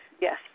Yes